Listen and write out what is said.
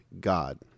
God